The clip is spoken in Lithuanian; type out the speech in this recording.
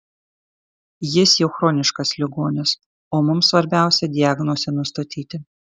jis jau chroniškas ligonis o mums svarbiausia diagnozę nustatyti